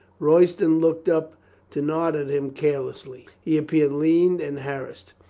royston looked up to nod at him carelessly. he appeared lean and har rassed.